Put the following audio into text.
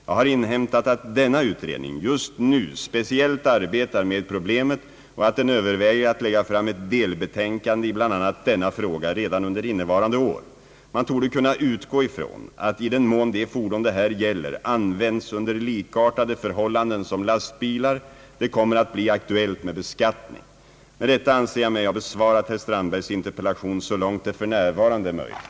Jag har inhämtat att denna utredning just nu speciellt arbetar med problemet och att den överväger att lägga fram ett delbetänkande i bl.a. denna fråga redan under innevarande år. Man torde kunna utgå ifrån att i den mån de fordon det här gäller används under likartade förhållanden som lastbilar det kommer att bli aktuellt med beskattning. Med detta anser jag mig ha besvarat herr Strandbergs interpellation så långt det f. n. är möjligt.